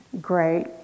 great